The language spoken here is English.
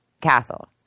Castle